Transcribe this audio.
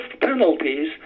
penalties